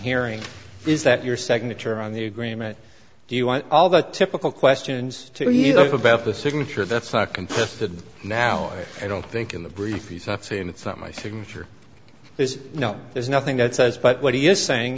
hearing is that your signature on the agreement do you want all the typical questions to you know about the signature that's not contested now i don't think in the brief he's not saying it's not my signature is you know there's nothing that says but what he is saying